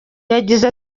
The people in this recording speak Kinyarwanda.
yagize